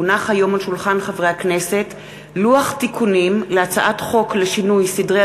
כי הונח היום על שולחן הכנסת לוח תיקונים להצעת חוק לשינוי סדרי